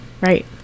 Right